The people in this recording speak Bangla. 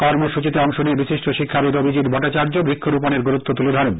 কর্মসচীতে অংশ নিয়ে বিশিষ্ট শিক্ষাবিদ অভিজিৎ ভট্টাচার্য বৃক্ষরোপনের গুরুত্ব তুলে ধরেন